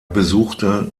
besuchte